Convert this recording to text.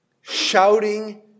shouting